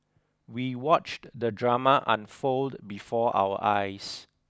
we watched the drama unfold before our eyes